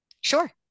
Sure